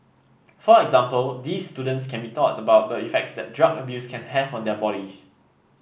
for example these students can be taught about the effects that drug abuse can have on their bodies